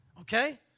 Okay